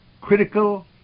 critical